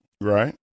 Right